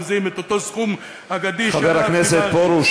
את אותו סכום אגדי --- חבר הכנסת פרוש,